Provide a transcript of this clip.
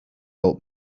old